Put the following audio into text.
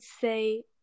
say